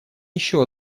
еще